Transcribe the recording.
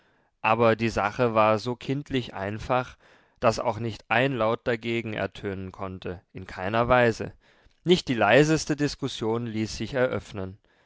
aber die sache war so kindlich einfach daß auch nicht ein laut dagegen ertönen konnte in keiner weise nicht die leiseste diskussion ließ sich eröffnen